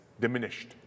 diminished